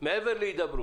והרישוי מעבר להידברות?